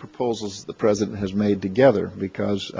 proposals the president has made together because